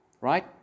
right